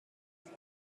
کرد